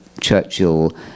Churchill